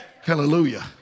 Hallelujah